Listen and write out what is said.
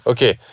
Okay